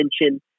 attention